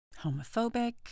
homophobic